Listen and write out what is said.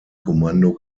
kommando